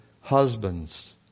husbands